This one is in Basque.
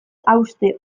hauste